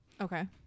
Okay